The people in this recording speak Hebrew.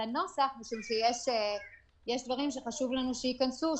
הנוסח משום שיש דברים שחשוב לנו שייכנסו,